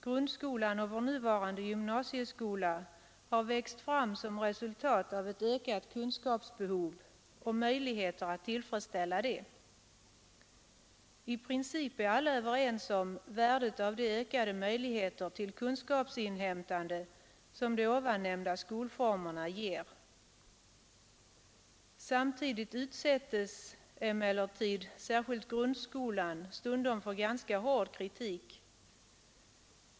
Grundskolan och vår nuvarande gymnasieskola har växt fram som resultat av ett ökat kunskapsbehov och kraven på möjligheter att tillfredsställa detta. I princip är alla överens om värdet av de ökade möjligheter till kunskapsinhämtande som de nämnda skolformerna ger. Samtidigt utsätts emellertid vår skola, speciellt grundskolan, stundom för ganska hård kritik.